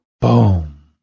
Boom